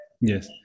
Yes